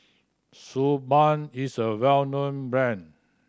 Suu Balm is a well known brand